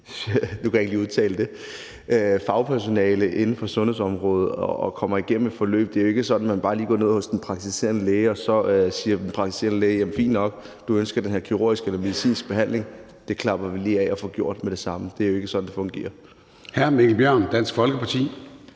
af specialiseret fagpersonale inden for sundhedsområdet og kommer igennem et forløb. Det er jo ikke sådan, at man bare lige går ned til den praktiserende læge, og så siger den praktiserende læge: Fint nok, du ønsker den her kirurgiske eller medicinske behandling, så det klapper vi lige af og får gjort med det samme. Det er jo ikke sådan, det fungerer.